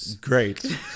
Great